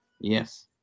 Yes